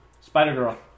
Spider-Girl